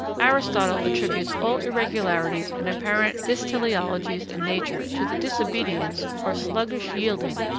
aristotle attributes all irregularities and apparent dysteleologies in nature to the disobedience, or sluggish yielding,